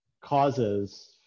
causes